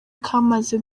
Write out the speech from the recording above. kamaze